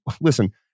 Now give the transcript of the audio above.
listen